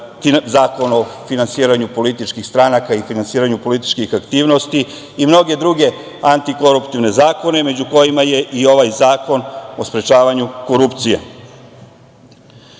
Zakon o finansiranju političkih stranaka i finansiranju političkih aktivnosti i mnoge druge antikoruptivne zakone, među kojima je i ovaj Zakon o sprečavanju korupcije. Tako